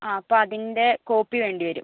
ആ അപ്പം അതിൻ്റ കോപ്പി വേണ്ടി വരും